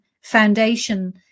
foundation